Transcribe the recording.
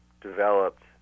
developed